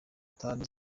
tanu